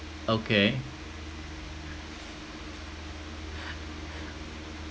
okay